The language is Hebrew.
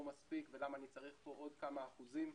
מספיק ואני צריך פה עוד כמה אחוזים,